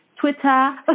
Twitter